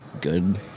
good